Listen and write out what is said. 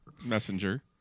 Messenger